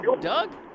Doug